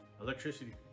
electricity